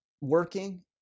working